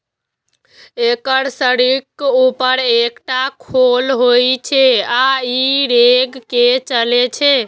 एकर शरीरक ऊपर एकटा खोल होइ छै आ ई रेंग के चलै छै